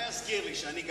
מה יזכיר לי, שאני גמד?